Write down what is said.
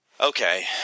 okay